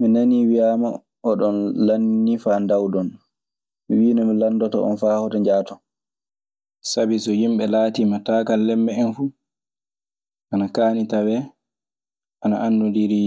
Mi nanii wiyaama, oɗon lanninii faa ndawdon. Mi wiino mi lanndoto on faa hoto njahaton. Sabi so yimɓe laatiima taakallemme en fuu, ana kaani tawee ana anndondiri